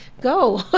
go